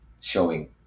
showing